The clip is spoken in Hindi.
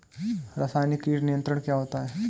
रसायनिक कीट नियंत्रण क्या होता है?